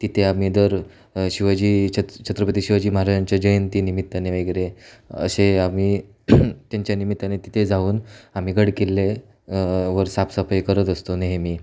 तिथे आम्ही दर शिवाजी छत छत्रपती शिवाजी महाराजांच्या जयंती निमित्ताने वगैरे असे आम्ही त्यांच्या निमित्ताने तिथे जाऊन आम्ही गड किल्ले वर साफसफाई करत असतो नेहमी